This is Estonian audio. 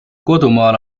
kodumaal